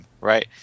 right